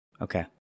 Okay